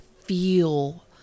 feel